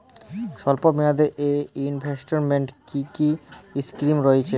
স্বল্পমেয়াদে এ ইনভেস্টমেন্ট কি কী স্কীম রয়েছে?